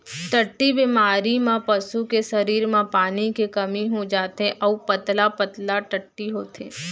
टट्टी बेमारी म पसू के सरीर म पानी के कमी हो जाथे अउ पतला पतला टट्टी होथे